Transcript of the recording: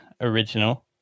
original